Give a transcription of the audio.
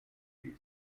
vis